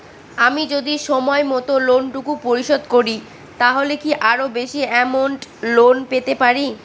আমি যদি সময় মত লোন টুকু পরিশোধ করি তাহলে কি আরো বেশি আমৌন্ট লোন পেতে পাড়ি?